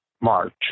March